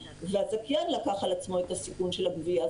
והזכיין לקח על עצמו את הסיכון של הגבייה,